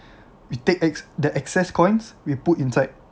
we take ex- the excess coins we put inside